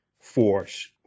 force